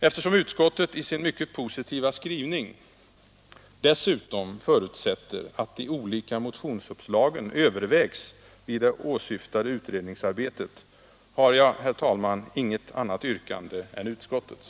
Eftersom utskottet i sin mycket positiva skrivning dessutom förutsätter att de olika motionsuppslagen övervägs vid det åsyftade utredningsarbetet har jag, herr talman, inget annat yrkande än utskottets.